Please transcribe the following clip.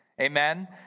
Amen